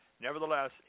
Nevertheless